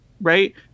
right